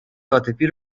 عاطفی